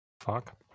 Fuck